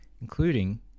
including